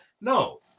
No